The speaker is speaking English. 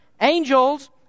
Angels